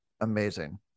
Amazing